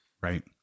Right